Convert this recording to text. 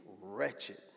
wretched